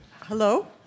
Hello